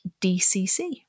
DCC